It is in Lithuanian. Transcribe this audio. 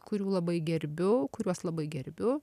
kurių labai gerbiu kuriuos labai gerbiu